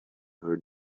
her